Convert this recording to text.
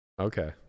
Okay